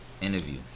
interview